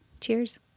Cheers